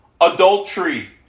adultery